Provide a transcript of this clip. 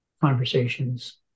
conversations